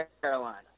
Carolina